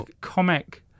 comic